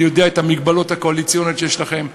אני יודע את המגבלות הקואליציונית שיש לכם,